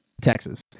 Texas